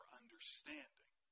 understanding